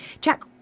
Jack